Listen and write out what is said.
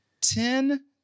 Ten